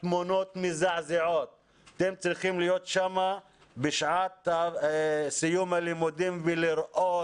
אתם צריכים להיות שם בשעת סיום הלימודים ולראות